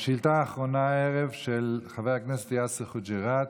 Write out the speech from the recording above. השאילתה האחרונה הערב היא של חבר הכנסת יאסר חוג'יראת,